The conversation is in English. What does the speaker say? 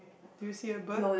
do you see a bird